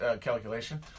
calculation